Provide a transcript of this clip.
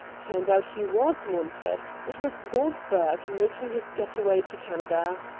turned out he was wanted. it was goldberg, making his getaway to canada.